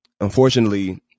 unfortunately